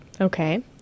Okay